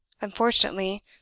Unfortunately